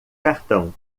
cartão